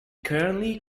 currently